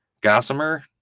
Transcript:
Gossamer